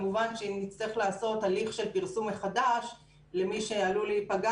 כמובן שנצטרך לעשות הליך של פרסום מחדש למי שעלול להיפגע